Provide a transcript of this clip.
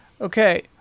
Okay